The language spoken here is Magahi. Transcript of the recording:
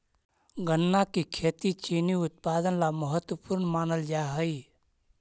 गन्ना की खेती चीनी उत्पादन ला महत्वपूर्ण मानल जा हई